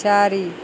चारि